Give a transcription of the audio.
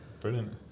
Brilliant